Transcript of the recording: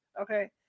Okay